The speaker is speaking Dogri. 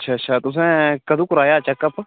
अच्छा अच्छा तुसें कदूं कराया हा चैक अप